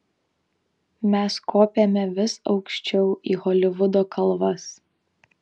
mes kopėme vis aukščiau į holivudo kalvas